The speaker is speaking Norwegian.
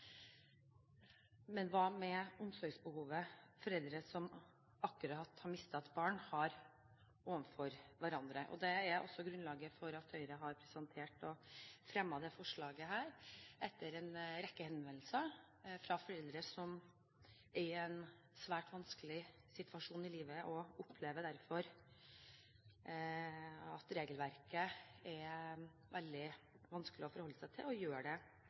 foreldre som akkurat har mistet et barn, har overfor hverandre? Det er også grunnlaget for at Høyre har presentert og fremmet dette forslaget etter en rekke henvendelser fra foreldre som i en svært vanskelig situasjon i livet opplever at regelverket er veldig vanskelig å forholde seg til og gjør det